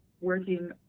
working